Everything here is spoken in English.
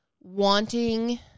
wanting